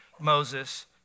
Moses